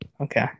Okay